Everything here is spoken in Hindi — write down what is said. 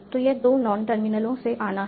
तो यह दो नॉन टर्मिनलों से आना है